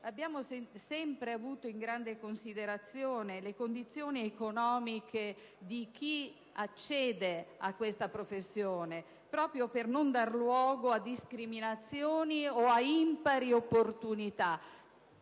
abbiamo sempre avuto in grande considerazione le condizioni economiche di chi accede a questa professione, proprio per non dare luogo a discriminazioni o a impari opportunità,